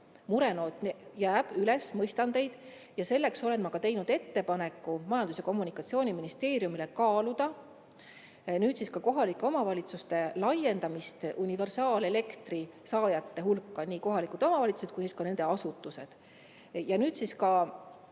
murenoot jääb üles, mõistan teid, ja sellepärast olen ma teinud ettepaneku Majandus- ja Kommunikatsiooniministeeriumile kaaluda ka kohalike omavalitsuste [võtmist] universaalelektri saajate hulka, nii kohalikud omavalitsused kui nende asutused. Ja mõne sõnaga